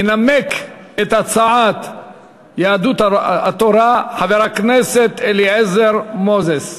ינמק את הצעת יהדות התורה חבר הכנסת אליעזר מוזס.